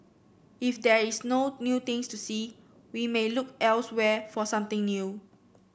if there is no new things to see we may look elsewhere for something new